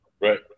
Right